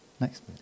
Next